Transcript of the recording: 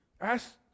ask